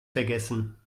vergessen